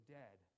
dead